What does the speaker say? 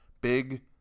big